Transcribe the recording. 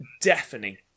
deafening